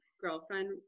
girlfriend